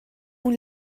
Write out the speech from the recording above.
اون